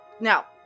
Now